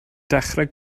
dechrau